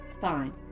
Fine